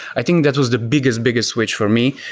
i think that was the biggest, biggest switch for me.